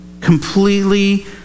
completely